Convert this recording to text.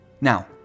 Now